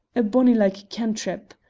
a bonny like cantrip!